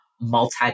multi